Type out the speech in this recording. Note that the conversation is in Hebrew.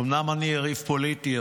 אומנם אני יריב פוליטי,